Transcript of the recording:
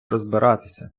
розбиратися